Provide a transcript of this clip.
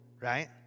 right